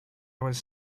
was